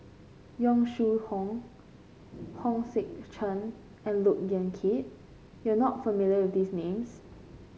Yong Shu Hoong Hong Sek Chern and Look Yan Kit you are not familiar with these names